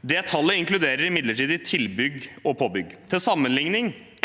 Det tallet inkluderer imidlertid tilbygg og påbygg.